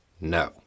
No